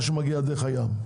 מה שמגיע דרך הים.